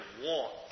want